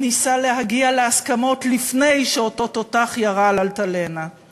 ניסה להגיע להסכמות לפני שאותו תותח ירה על "אלטלנה";